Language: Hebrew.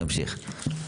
תמשיך.